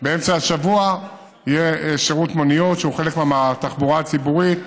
באמצע השבוע יהיה שירות מוניות שהוא חלק מהתחבורה הציבורית,